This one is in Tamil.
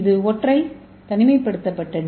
இது ஒற்றை தனிமைப்படுத்தப்பட்ட டி